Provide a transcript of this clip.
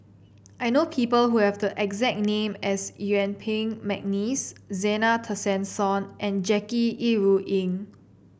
I know people who have the exact name as Yuen Peng McNeice Zena Tessensohn and Jackie Yi Ru Ying